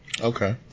Okay